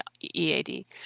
EAD